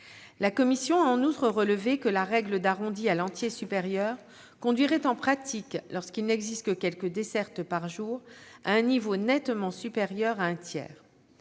La commission a en outre relevé que l'application de la règle de l'arrondi à l'entier supérieur conduirait en pratique, lorsqu'il n'existe que quelques dessertes par jour, à un niveau de service nettement supérieur à un tiers